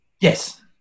Yes